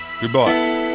Goodbye